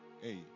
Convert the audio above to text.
Hey